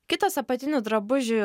kitas apatinių drabužių